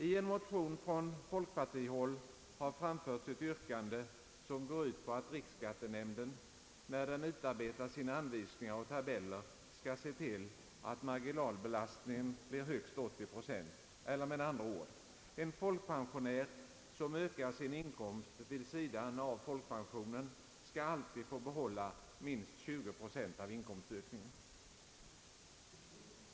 I en motion från folkpartihåll har framförts ett yrkande som går ut på att riksskattenämnden, när den utarbetar sina anvisningar och tabeller, skall se till att marginalbelastningen blir högst 80 procent, eller med andra ord: en folkpensionär som ökar sin inkomst vid sidan av folkpensionen skall alltid få behålla minst 20 procent av inkomstökningen.